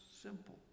simple